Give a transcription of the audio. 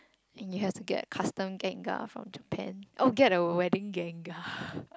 and you have to get custom gengar from Japan oh get a wedding gengar